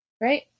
right